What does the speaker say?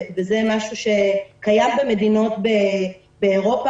זה דבר שקיים במדינות באירופה,